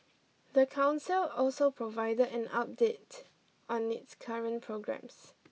the council also provided an update on its current programmes